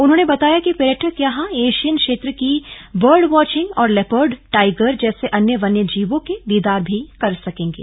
उन्होंने बताया कि पर्यटक यहां एशियन क्षेत्र की बर्ड वाचिंग और लेपर्ड टाइगर जैसे अन्य वन्य जीवों के दीदार भी कर सकेंगे